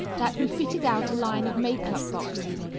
that we fitted out a line of makeup boxes,